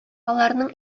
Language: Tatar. аларның